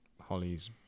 Holly's